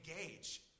Engage